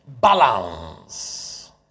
balance